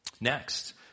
Next